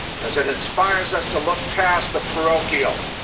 because it inspires us to look past the parochial,